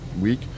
week